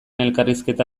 elkarrizketa